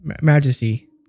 majesty